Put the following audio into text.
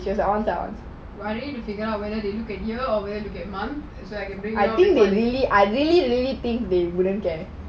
I really have to figure whether it's a year or a month